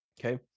Okay